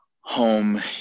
home